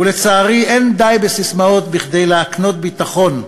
לצערי, אין די בססמאות כדי להקנות ביטחון.